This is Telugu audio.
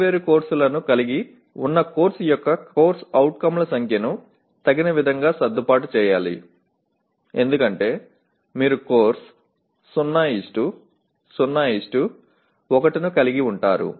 వేర్వేరు కోర్సులను కలిగి ఉన్న కోర్సు యొక్క CO ల సంఖ్యను తగిన విధంగా సర్దుబాటు చేయాలి ఎందుకంటే మీరు కోర్సు 001 ను కలిగి ఉంటారు